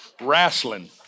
Wrestling